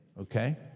okay